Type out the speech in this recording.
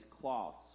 cloths